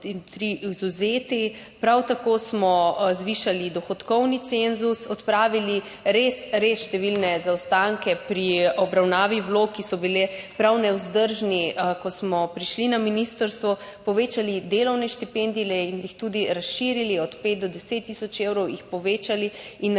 Prav tako smo zvišali dohodkovni cenzus, odpravili res res številne zaostanke pri obravnavi vlog, ki so bili prav nevzdržni, ko smo prišli na ministrstvo, povečali delovne štipendije in jih tudi razširili od 5 do 10 tisoč evrov, jih povečali in naredili